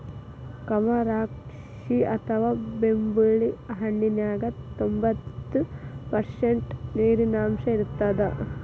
ಕಮರಾಕ್ಷಿ ಅಥವಾ ಬೆಂಬುಳಿ ಹಣ್ಣಿನ್ಯಾಗ ತೋಭಂತ್ತು ಪರ್ಷಂಟ್ ನೇರಿನಾಂಶ ಇರತ್ತದ